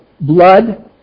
blood